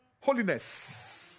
Holiness